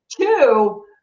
Two